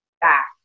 back